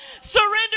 Surrender